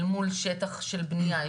אל מול שטח של בנייה,